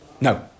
No